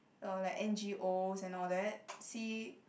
uh like N_G_Os and all that see